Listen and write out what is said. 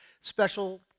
special